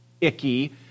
icky